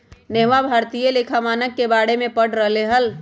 नेहवा भारतीय लेखा मानक के बारे में पढ़ रहले हल